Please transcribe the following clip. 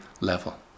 level